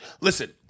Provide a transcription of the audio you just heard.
Listen